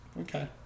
Okay